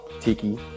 Tiki